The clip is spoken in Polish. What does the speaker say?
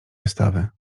wystawy